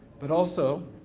but also,